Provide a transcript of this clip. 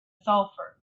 sulfur